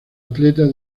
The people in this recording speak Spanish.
atleta